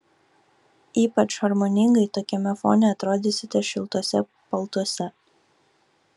ypač harmoningai tokiame fone atrodysite šiltuose paltuose